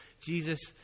jesus